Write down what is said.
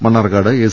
Mannarkkad S